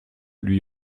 lui